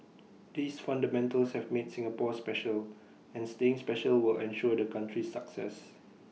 these fundamentals have made Singapore special and staying special will ensure the country's success